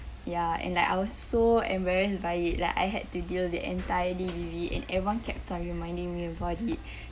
ya and like I was so embarrassed by it like I had to deal the entire day with it and everyone kept reminding about it